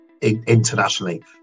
internationally